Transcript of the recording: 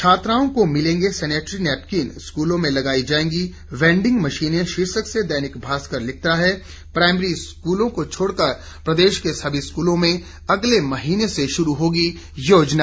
छात्राओं को मिलेंगे सेनेटरी नैपकिन स्कूलों में लगाई जाएंगी वेंडिंग मशीनें शीर्षक से दैनिक भास्कर लिखता है प्राईमरी स्कूलों को छोड़कर प्रदेश के सभी स्कूलों में अगले महीने से शुरू होगी योजना